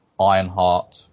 Ironheart